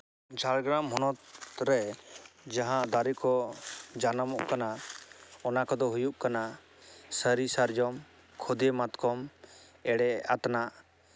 ᱡᱷᱟᱲᱜᱨᱟᱢ ᱦᱚᱱᱚᱛ ᱨᱮ ᱡᱟᱦᱟᱸ ᱫᱟᱨᱮ ᱠᱚ ᱡᱟᱱᱟᱢᱚᱜ ᱠᱟᱱᱟ ᱚᱱᱟ ᱠᱚᱫᱚ ᱦᱩᱭᱩᱜ ᱠᱟᱱᱟ ᱥᱟᱹᱨᱤ ᱥᱟᱨᱡᱚᱢ ᱠᱷᱚᱫᱮ ᱢᱟᱛᱠᱚ ᱮᱲᱮ ᱟᱛᱱᱟᱜ